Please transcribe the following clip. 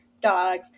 dogs